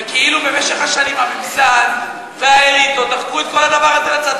וכאילו במשך השנים הממסד והאליטות דחקו את כל הדבר הזה לצד,